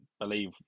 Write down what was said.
believe